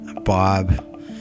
Bob